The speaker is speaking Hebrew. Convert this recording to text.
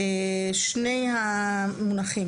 שני המונחים,